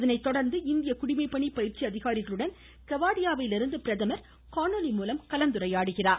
இதனை தொடர்ந்து இந்திய குடிமைப்பணி பயிற்சி அதிகாரிகளுடன் கெவாடியாவிலிருந்து பிரதமர் காணொலி மூலம் கலந்துரையாடுகிறார்